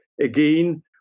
Again